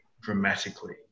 dramatically